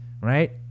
right